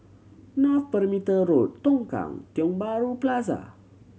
North Perimeter Road Tongkang Tiong Bahru Plaza